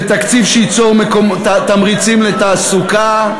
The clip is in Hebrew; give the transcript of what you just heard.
זה תקציב שייצור תמריצים לתעסוקה,